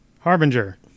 Harbinger